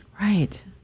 Right